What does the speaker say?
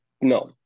no